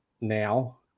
now